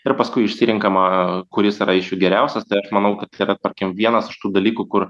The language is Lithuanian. ir paskui išsirenkama kuris yra iš jų geriausias tai aš manau kad yra tarkim vienas iš tų dalykų kur